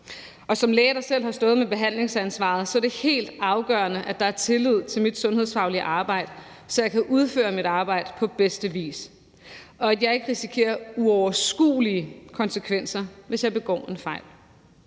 Som læge, der selv har stået med behandlingsansvaret, mener jeg, det er helt afgørende, at der er tillid til mit sundhedsfaglige arbejde, så jeg kan udføre mit arbejde på bedste vis og jeg ikke risikerer uoverskuelige konsekvenser, hvis jeg begår en fejl.